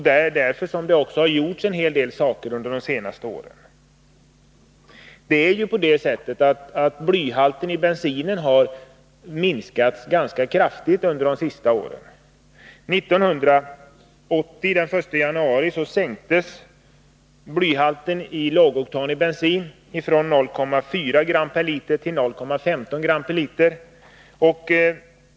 Det är därför som det under de senaste åren också har gjorts en hel del. Blyhalten i bensin har t.ex. minskats ganska kraftigt de senaste åren. Den 1 januari 1980 sänktes blyhalten i lågoktanig bensin från 0,4 till 0,15 g/l.